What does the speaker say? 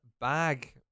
bag